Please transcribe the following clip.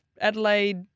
Adelaide